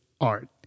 art